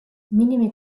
minimi